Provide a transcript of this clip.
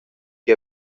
che